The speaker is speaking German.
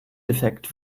defekt